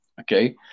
Okay